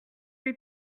lui